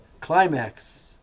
climax